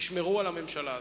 תשמרו על הממשלה הזאת.